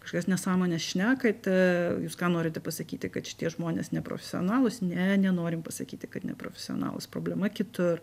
kažkokias nesąmones šnekate jūs ką norite pasakyti kad šitie žmonės neprofesionalūs ne nenorim pasakyti kad neprofesionalūs problema kitur